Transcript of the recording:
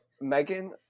Megan